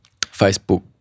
Facebook